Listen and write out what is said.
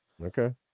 Okay